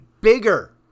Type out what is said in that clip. bigger